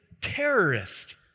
terrorist